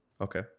okay